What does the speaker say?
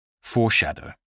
Foreshadow